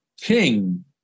king